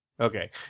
Okay